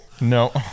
no